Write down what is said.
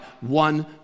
one